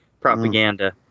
propaganda